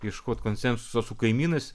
ieškoti konsensuso su kaimynais